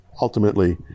ultimately